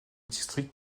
district